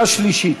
קריאה שלישית.